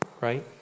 right